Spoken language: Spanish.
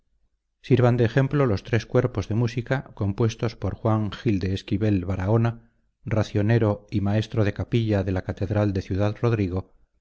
sirvan de ejemplo los tres cuerpos de música compuestos por juan gil de esquivel barahona racionero y maestro de capilla de la catedral de ciudad rodrigo